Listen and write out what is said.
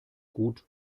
gut